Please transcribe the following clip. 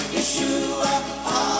Yeshua